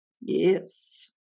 Yes